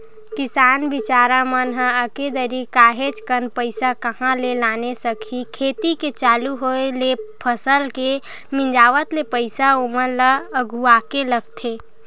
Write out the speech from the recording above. किसान बिचारा मन ह एके दरी काहेच कन पइसा कहाँ ले लाने सकही खेती के चालू होय ले फसल के मिंजावत ले पइसा ओमन ल अघुवाके लगथे